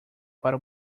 para